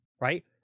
right